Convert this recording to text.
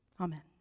Amen